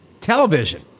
Television